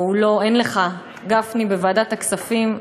או שאין לך גפני בוועדת הכספים,